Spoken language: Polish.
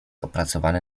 opracowany